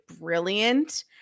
brilliant